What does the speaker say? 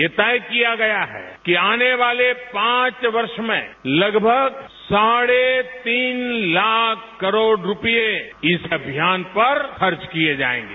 ये तय किया गया है कि आने वाले पांच वर्ष में लगभग साढे तीन लाख करोड़ रूपए इस अभियान पर खर्च किए जाएंगे